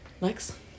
Lex